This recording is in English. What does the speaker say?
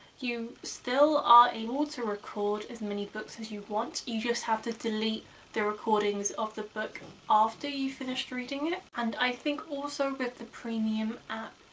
you still are able to record as many books as you want. you just have to delete the recordings of the book after you finished reading it. and i think also with the premium app,